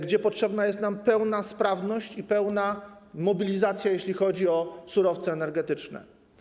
Teraz potrzebna jest nam pełna sprawność i pełna mobilizacja, jeśli chodzi o surowce energetyczne.